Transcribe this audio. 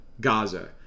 Gaza